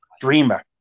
Dreamer